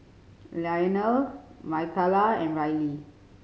Leonel Micayla and Riley